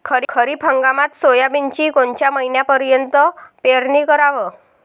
खरीप हंगामात सोयाबीनची कोनच्या महिन्यापर्यंत पेरनी कराव?